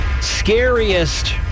Scariest